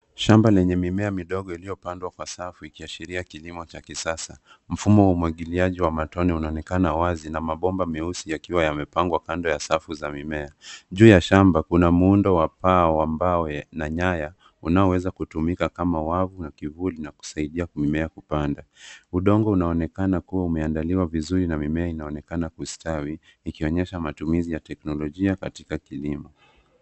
Shamba lenye mimea midogo iliyopandwa kwa safu ikiashiria kilimo cha kisasa. Mfumo wa umwagiliaji wa matone unaonekana wazi na mabomba meusi yakiwa yamepangwa kando ya safu za mimea. Juu ya shmba kuna muundo wa paa ya mbao na nyaya uanoweza kutumika kama wavu na kivuli na kusaidia mimea kupanda. Udongo unaonekana kuwa umeandaliwa vizuri na mimea inaonekana kustawi ikionyesha matumizi ya teknolojia katika kilimo.